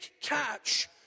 catch